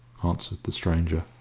answered the stranger.